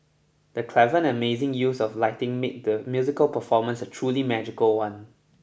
the clever and amazing use of lighting made the musical performance a truly magical one